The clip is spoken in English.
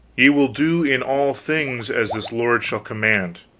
ye will do in all things as this lord shall command.